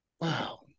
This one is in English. Wow